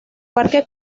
parque